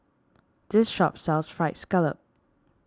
this shop sells Fried Scallop